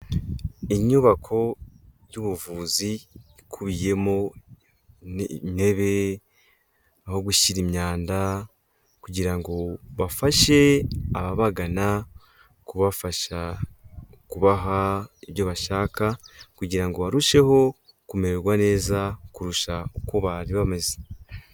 inyubako y'ubuvuzi ikubiyemo inebe, aho gushyira imyanda, kugira ngo bafashe ababagana kubafasha kubaha ibyo bashaka, kugira ngo barusheho kumererwa neza kurusha uko bari bameze.